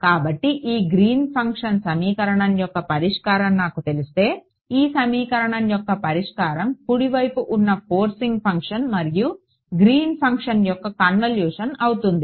కాబట్టి ఈ Green function సమీకరణం యొక్క పరిష్కారం నాకు తెలిస్తే ఈ సమీకరణం యొక్క పరిష్కారం కుడి వైపు ఉన్న ఫోర్సింగ్ ఫంక్షన్ మరియు గ్రీన్ ఫంక్షన్ యొక్క కన్వల్యూషన్ అవుతుంది